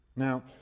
Now